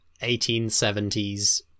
1870s